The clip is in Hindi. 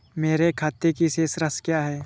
मेरे खाते की शेष राशि क्या है?